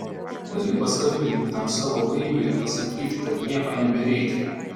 gali paskambinti tam savo laimiui ir pasakyti kad nieko nebereikia